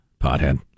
pothead